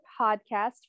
podcast